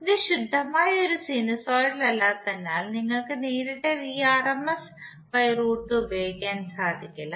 ഇത് ശുദ്ധമായ ഒരു സിനുസോയ്ഡൽ അല്ലാത്തതിനാൽ നിങ്ങൾക്ക് നേരിട്ട് Vrmsഉപയോഗിക്കാൻ സാധിക്കില്ല